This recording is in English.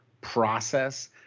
process